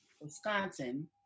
Wisconsin